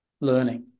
learning